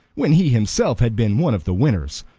when he himself had been one of the winners.